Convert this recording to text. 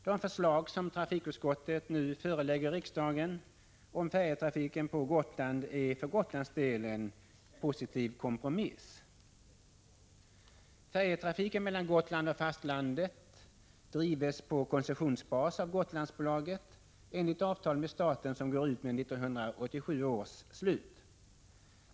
De förslag som trafikutskottet nu förelägger riksdagen om färjetrafiken på Gotland är för Gotlands del en positiv kompromiss. Färjetrafiken mellan Gotland och fastlandet drivs på koncessionsbas av Gotlandsbolaget enligt avtal med staten, som går ut med 1987 års slut.